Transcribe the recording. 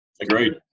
agreed